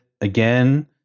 again